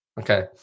Okay